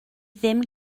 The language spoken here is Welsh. ddim